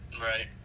Right